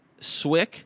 Swick